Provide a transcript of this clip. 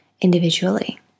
individually